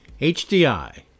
HDI